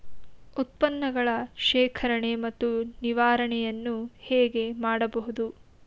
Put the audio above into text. ಉತ್ಪನ್ನಗಳ ಶೇಖರಣೆ ಮತ್ತು ನಿವಾರಣೆಯನ್ನು ಹೇಗೆ ಮಾಡಬಹುದು?